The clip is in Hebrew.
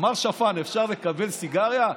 מר שפן, אפשר לקבל סיגריה?